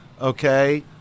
Okay